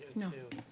no,